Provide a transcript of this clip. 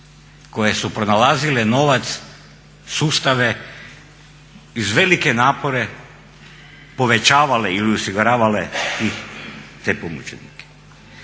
koje su pronalazile novac, sustave uz velike napore povećavale ili osiguravale te pomoćnike.